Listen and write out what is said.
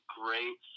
great